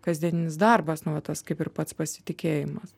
kasdieninis darbas nu va tas kaip ir pats pasitikėjimas